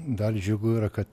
dar džiugu yra kad